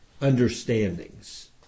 understandings